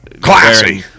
Classy